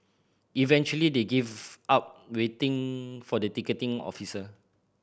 eventually they gave up waiting for the ticketing officer